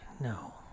No